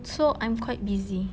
so I'm quite busy